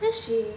then she